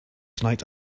tonight